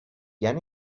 گین